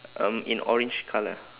um in orange colour